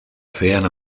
fer